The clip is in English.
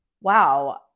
wow